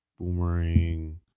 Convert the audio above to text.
Boomerang